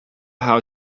how